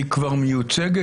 היא כבר מיוצגת?